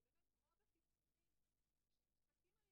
שכאן זה